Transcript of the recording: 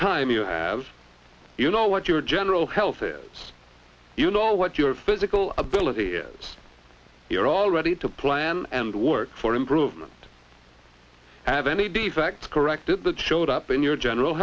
time you have you know what your general health is you know what your physical ability is you're all ready to plan and work for improvement have any defects corrected that showed up in your general